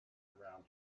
around